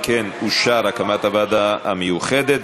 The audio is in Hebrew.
אם כן, אושרה הקמת הוועדה המיוחדת.